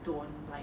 don't like